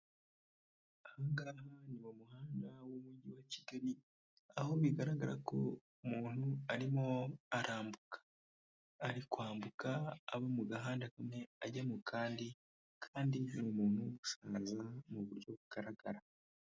Aha ngaha ni mu muhanda w'umujyi wa Kigali, aho bigaragara ko muntu arimo arambuka. Ari kwambuka ava mu gahanda kamwe ajya mu kandi kandi ni umuntu w'umusaza mu buryo bugaragara.